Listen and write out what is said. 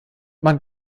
man